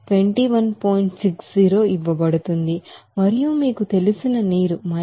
60 ఇవ్వబడుతుంది మరియు మీకు తెలిసిననీరు 57